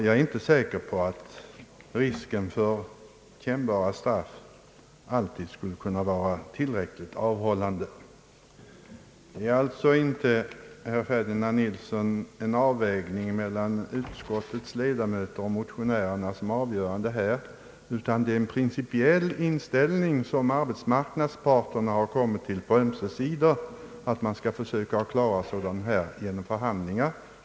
Jag är inte säker på att risken för kännbara straff alltid skulle verka tillräckligt avhållande. Det är alltså, herr Ferdinand Nilsson, inte en avvägning mellan utskottets 1edamöter och motionärerna som är avgörande, utan arbetsmarknadsparterna på ömse sidor har kommit fram till den principiella inställningen att man skall försöka klara frågor som denna genom förhandlingar.